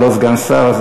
הוא סגן שר.